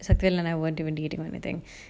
shakthi vel and I won't even eating anything